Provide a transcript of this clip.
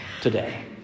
today